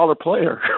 player